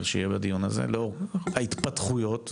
שיהיה בדיון הזה לאור ההתפתחויות והאירוע.